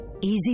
Easy